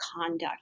conduct